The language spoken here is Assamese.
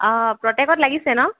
অঁ প্ৰটেকত লাগিছে ন'